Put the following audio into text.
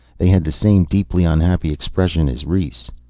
they had the same deeply unhappy expressions as rhes.